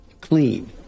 clean